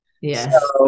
Yes